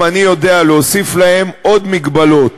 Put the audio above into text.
אם אני יודע להוסיף להם עוד מגבלות